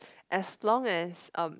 as long as um